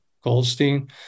Goldstein